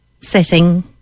setting